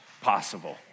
possible